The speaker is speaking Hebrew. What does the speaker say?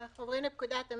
יכול להיות שבסופו